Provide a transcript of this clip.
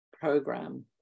program